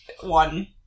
one